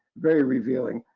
very revealing.